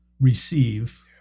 receive